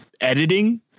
editing